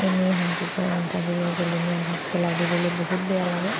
এনেই হাঁহ কুকুৰা নাথাকিলে পেলনীয়া ভাত পেলাই দিবলৈ বহুত বেয়া লাগে